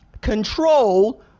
control